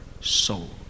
soul